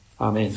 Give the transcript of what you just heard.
Amen